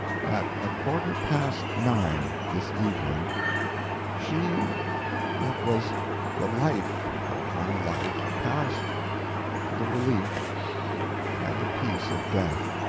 at a quarter-past nine this evening she that was the life of my life passed to the relief and the peace of death,